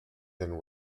than